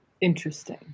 Interesting